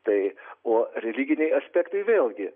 tai o religiniai aspektai vėlgi